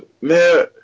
Man